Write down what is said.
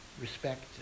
respect